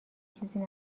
چیزی